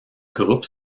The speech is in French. groupe